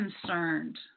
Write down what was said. concerned